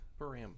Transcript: Param